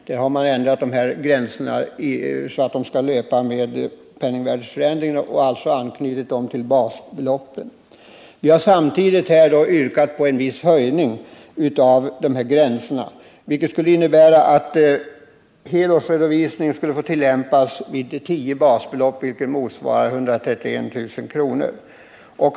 Här har gränserna ändrats, så att de följer penningvärdets förändring, och de har alltså anknutits till basbeloppen. Samtidigt har vi yrkat på en viss höjning av gränserna, vilket skulle innebära att helårsredovisning får tillämpas vid tio basbelopp, som motsvarar 131 000 kr.